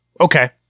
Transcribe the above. Okay